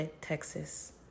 Texas